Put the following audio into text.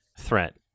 threat